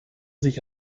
sich